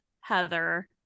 Heather